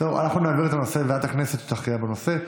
אנחנו נעביר את הנושא לוועדת הכנסת שתכריע בנושא.